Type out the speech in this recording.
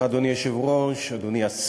אדוני היושב-ראש, תודה רבה לך, אדוני השר,